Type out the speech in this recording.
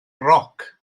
roc